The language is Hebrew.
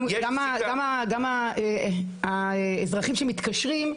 גם האזרחים שמתקשרים,